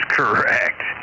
correct